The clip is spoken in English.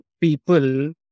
people